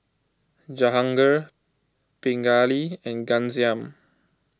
Jahangir Pingali and Ghanshyam